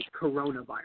coronavirus